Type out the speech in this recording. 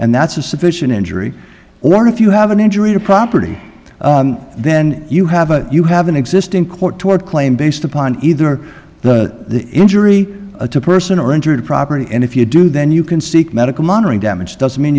and that's a sufficient injury or if you have an injury to property then you have a you have an existing court tort claim based upon either the injury to person or injured property and if you do then you can seek medical monitoring damage doesn't mean